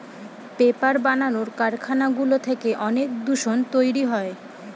paper বানানোর কারখানাগুলো থেকে অনেক দূষণ তৈরী হয়